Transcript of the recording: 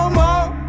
more